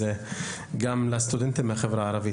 הנושא לסטודנטים מהחברה הערבית.